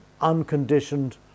unconditioned